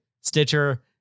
Stitcher